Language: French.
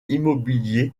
immobilier